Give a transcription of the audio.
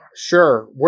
Sure